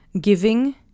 giving